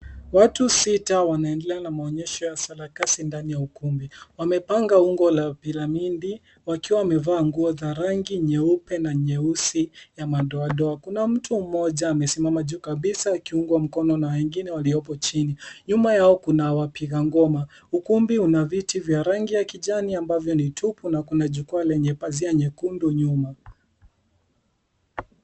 Watu sita wanaendelea na maonyesho ya sarakasi ndani ya ukumbi, wamepanga ungo la piramidi, wakiwa wamevaa nguo za rangi nyeupe, na nyeusi, ya madoadoa. Kuna mtu mmoja amesimama juu kabisa akiungwa mkono na wengine walipo chini, nyuma yao kuna wapiga ngoma. Ukumbi una viti vya rangi ya kijani ambavyo ni tupu, na kuna jukwaa lenye pazia nyekundu nyuma.